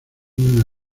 una